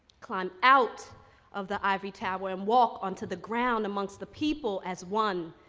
climb out of the ivory tower and walk onto the ground amongst the people as one.